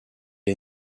est